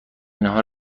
ناهار